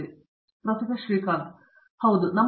professor Srikanth Vedantam ಹೌದು ಮೊದಲ ಬಾರಿಗೆ